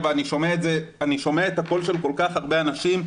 אבל אני שומע את הקול של כל כך הרבה אנשים,